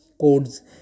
codes